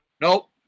Nope